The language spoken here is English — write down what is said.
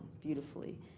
beautifully